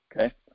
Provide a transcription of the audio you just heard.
Okay